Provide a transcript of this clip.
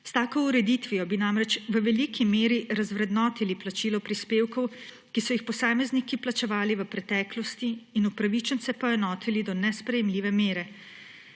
S tako ureditvijo bi namreč v veliki meri razvrednotili plačilo prispevkov, ki so jih posamezniki plačevali v preteklosti, in upravičence poenotili do nesprejemljive mere.